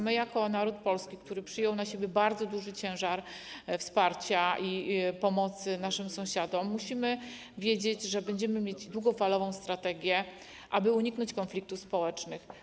My jako naród polski, który przyjął na siebie bardzo duży ciężar wsparcia naszych sąsiadów i pomagania im, musimy wiedzieć, że będziemy mieć długofalową strategię, aby uniknąć konfliktów społecznych.